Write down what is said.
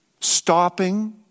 Stopping